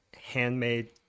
handmade